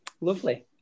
lovely